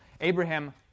Abraham